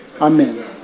Amen